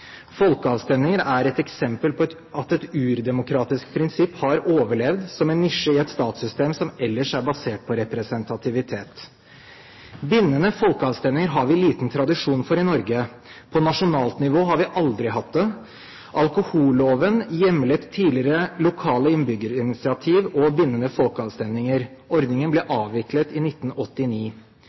Folkeavstemninger er et eksempel på at et urdemokratisk prinsipp har overlevd – som en nisje i et statssystem som ellers er basert på representativitet. Bindende folkeavstemninger har vi liten tradisjon for i Norge. På nasjonalt nivå har vi aldri hatt det. Alkoholloven hjemlet tidligere lokale innbyggerinitiativ og bindende folkeavstemninger. Ordningen ble avviklet i 1989.